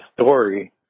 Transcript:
story